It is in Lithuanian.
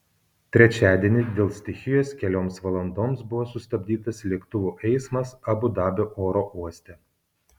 trečiadienį dėl stichijos kelioms valandoms buvo sustabdytas lėktuvų eismas abu dabio oro uoste